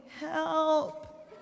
help